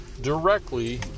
directly